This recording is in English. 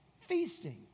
feasting